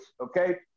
okay